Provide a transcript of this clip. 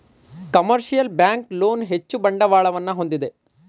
commercial bank loan ಹೆಚ್ಚು ಬಂಡವಾಳವನ್ನು ಹೊಂದಿದೆ